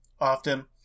often